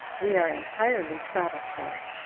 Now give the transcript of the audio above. we are entirely satisfied.